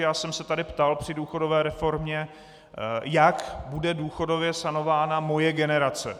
Já jsem se tady ptal při důchodové reformě, jak bude důchodově sanována moje generace.